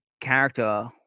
character